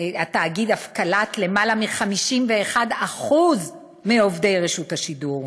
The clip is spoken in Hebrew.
התאגיד אף קלט יותר מ-51% מעובדי רשות השידור.